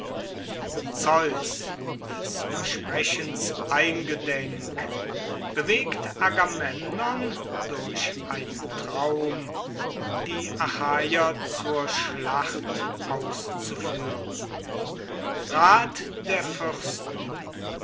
zeus des versprechens eingedenk bewegt agamemnon durch einen traum die achaier zur schlacht auszuführen rat der fürsten